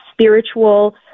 spiritual